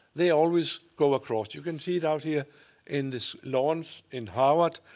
they always go across. you can see it out here in these lawns in howard.